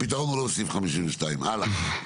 הפתרון הוא לא בסעיף 52. הלאה.